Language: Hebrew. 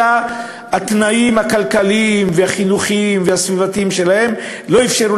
אלא התנאים הכלכליים והחינוכיים והסביבתיים שלהם לא אפשרו